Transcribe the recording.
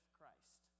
Christ